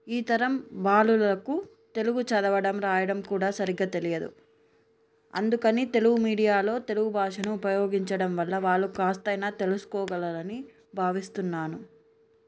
ఈతరం బాలులకు తెలుగు చదవడం రాయడం కూడా సరిగ్గా తెలియదు అందుకని తెలుగు మీడియాలో తెలుగు భాషను ఉపయోగించడం వల్ల వాళ్ళు కాస్తయినా తెలుసుకోగలరని భావిస్తున్నాను